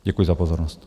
Děkuji za pozornost.